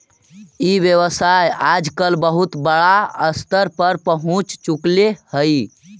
ई व्यवसाय आजकल बहुत बड़ा स्तर पर पहुँच चुकले हइ